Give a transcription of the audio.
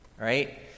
Right